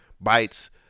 bites